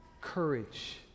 Courage